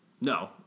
No